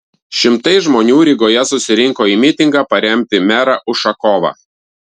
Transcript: šimtai žmonių rygoje susirinko į mitingą paremti merą ušakovą